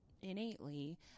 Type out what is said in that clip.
innately